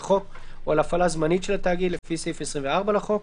לחוק או על הפעלה זמנית של התאגיד לפי סעיף 24 לחוק,